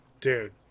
dude